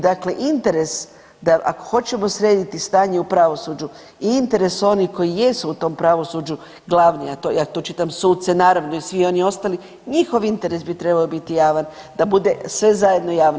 Dakle, interes da ako hoćemo srediti stanje u pravosuđu i interes onih koji jesu u tom pravosuđu glavni, ja to čitam suce, naravno i svi oni ostali, njihov interes bi trebao biti javan da bude sve zajedno javno.